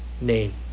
name